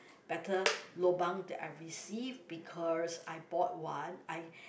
better lobang that I received because I bought one I